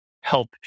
help